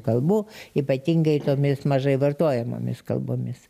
kalbų ypatingai tomis mažai vartojamomis kalbomis